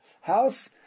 house